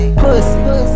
pussy